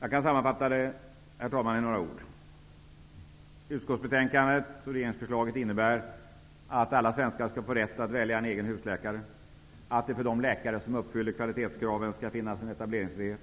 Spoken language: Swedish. Jag kan, herr talman, sammanfatta det i några ord. Utskottsbetänkandet och regeringsförslaget innebär att alla svenskar skall få rätt att välja en egen husläkare, att det för de läkare som uppfyller kvalitetskraven skall finnas en etableringsfrihet,